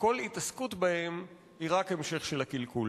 שכל התעסקות בהם היא רק המשך של הקלקול.